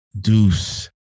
Deuce